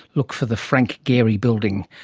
look for the frank gehry building.